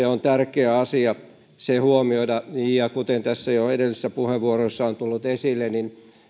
on tärkeä asia huomioida kuten tässä jo edellisissä puheenvuoroissa on tullut esille niin